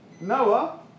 Noah